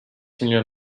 milyon